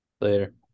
Later